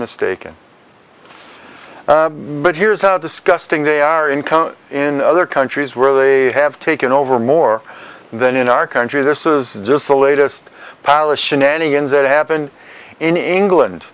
mistaken but here's how disgusting they are encountered in other countries where they have taken over more than in our country this is just the latest palace shenanigans that happen in england